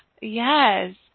Yes